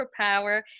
superpower